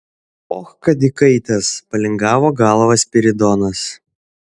och kad įkaitęs palingavo galvą spiridonas